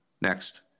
Next